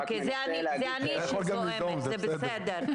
אתה יכול גם לזעום, זה בסדר...